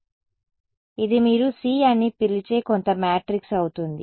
కాబట్టి ఇది మీరు C అని పిలిచే కొంత మ్యాట్రిక్స్ అవుతుంది